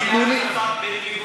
תיתנו לי.